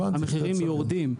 המחירים יורדים,